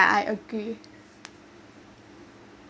I agree